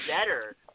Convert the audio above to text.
better